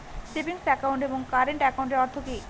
Savings account এবং current একাউন্টের অর্থ কি?